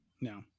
No